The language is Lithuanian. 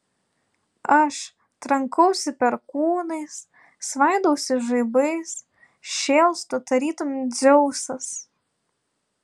aš trankausi perkūnais svaidausi žaibais šėlstu tarytum dzeusas